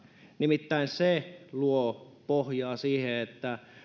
nimittäin se luo pohjaa sille että